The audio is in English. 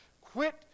Quit